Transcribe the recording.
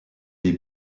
des